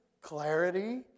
clarity